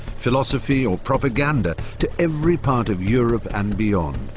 philosophy or propaganda to every part of europe and beyond,